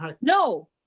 no